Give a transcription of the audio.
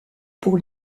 pour